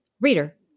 Reader